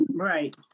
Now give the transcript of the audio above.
Right